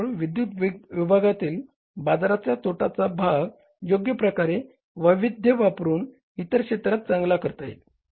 जेणेकरून विद्युत विभागातील बाजाराचा तोट्याचा भाग योग्य प्रकारे वैविध्यता वापरून इतर क्षेत्रात चांगला करता येईल